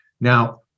Now